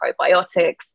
probiotics